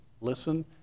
listen